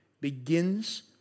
begins